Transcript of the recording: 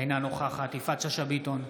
אינה נוכחת יפעת שאשא ביטון,